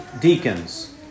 deacons